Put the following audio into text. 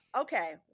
okay